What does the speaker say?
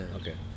Okay